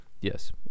yes